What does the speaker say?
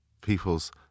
people's